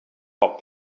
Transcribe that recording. pop